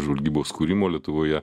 žvalgybos kūrimo lietuvoje